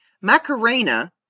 Macarena